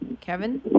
Kevin